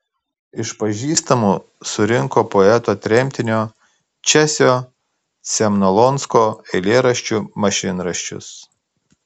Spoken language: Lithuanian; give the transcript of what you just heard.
iš pažįstamų surinko poeto tremtinio česio cemnolonsko eilėraščių mašinraščius